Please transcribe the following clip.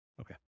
Okay